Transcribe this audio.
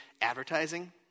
advertising